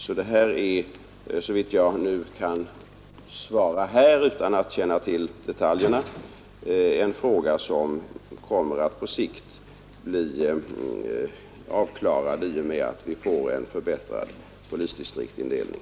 Utan att känna till detaljerna i det exempel som nämnts här kan jag rent allmänt säga att dessa frågor på sikt kommer att lösas i och med att vi får en förbättrad polisdistriktsindelning.